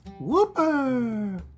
WHOOPER